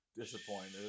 Disappointed